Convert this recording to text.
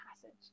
passage